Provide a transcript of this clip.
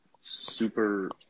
super